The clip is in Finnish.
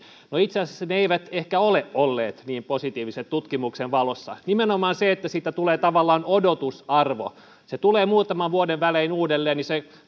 no itse asiassa ne eivät ehkä ole olleet niin positiiviset tutkimuksen valossa nimenomaan se että siitä tulee tavallaan odotusarvo se tulee muutaman vuoden välein uudelleen